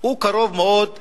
קרוב מאוד לצומת-שוקת,